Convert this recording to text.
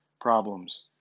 problems